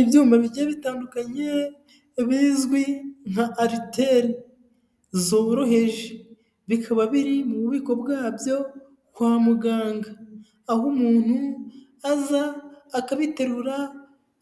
Ibyuma bigiye bitandukanye bizwi nka ariteri zoroheje. Bikaba biri mu bubiko bwabyo kwa muganga, aho umuntu aza akabiterura